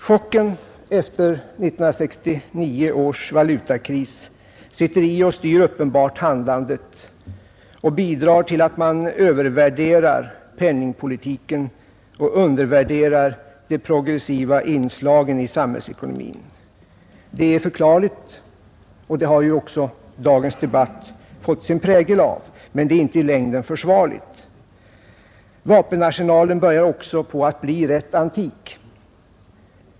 Chocken efter 1969 års valutakris sitter i och styr uppenbart handlandet. Detta bidrar till att man övervärderar penningpolitiken och undervärderar de progressiva inslagen i samhällsekonomin. Det är förklarligt — och dagens debatt har också fått sin prägel därav — men det är inte i längden försvarligt. Vapenarsenalen börjar också bli tämligen antik.